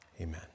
Amen